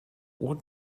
what